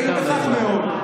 ואנחנו גאים בכך מאוד.